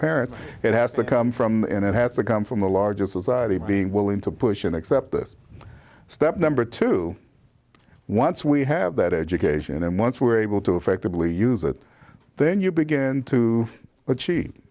parents it has to come from and it has to come from the larger society being willing to push and accept this step number two once we have that education and once we're able to effectively use it then you begin to ach